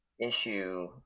issue